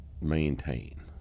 maintain